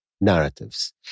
narratives